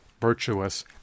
virtuous